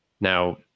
now